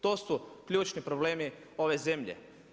To su ključni problemi ove zemlje.